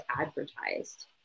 advertised